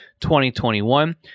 2021